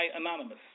Anonymous